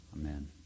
Amen